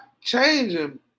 changing